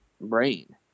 brain